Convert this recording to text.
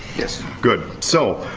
good, so,